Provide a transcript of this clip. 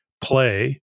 play